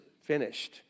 finished